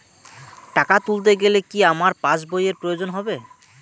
টাকা তুলতে গেলে কি আমার পাশ বইয়ের প্রয়োজন হবে?